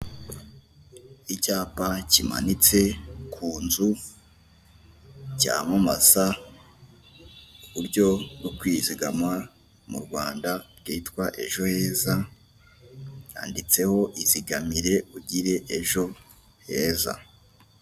Icyapa kimanitse kunzu cyamamaza uburyo bwo kwizigama murwanda bwitwa ejoheza handitseho izigamire ugire ejo heza.